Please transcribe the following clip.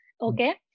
Okay